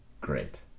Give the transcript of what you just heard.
great